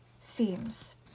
themes